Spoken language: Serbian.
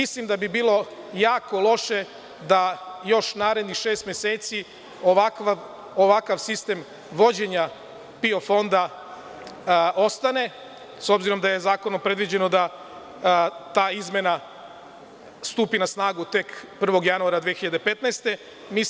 Mislim da bi bilo jako loše da još narednih šest meseci ovakav sistem vođenja PIO fonda ostane, s obzirom da je zakonom predviđeno da ta izmena stupi na snagu tek 1. januara 2015. godine.